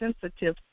sensitive